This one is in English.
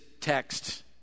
text